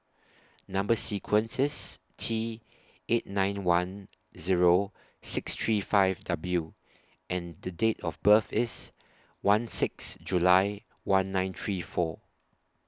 Number sequence IS T eight nine one Zero six three five W and The Date of birth IS one six July one nine three four